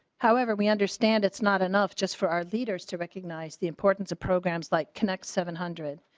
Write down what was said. however we understand it's not enough just for our leaders to recognize the importance of programs like connect seven hundred.